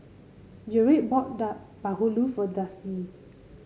Jarret bought bahulu for Darcie